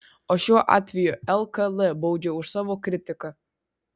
o šiuo atveju lkl baudžia už savo kritiką